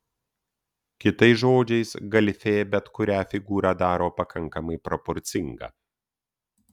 kitais žodžiais galifė bet kurią figūrą daro pakankamai proporcinga